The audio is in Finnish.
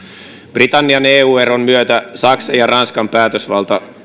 britannian eu eron myötä saksan ja ranskan päätösvalta